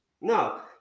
No